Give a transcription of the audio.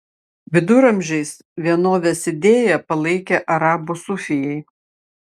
viduramžiais vienovės idėją palaikė arabų sufijai